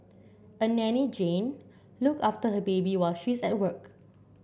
a nanny Jane look after her baby while she's at work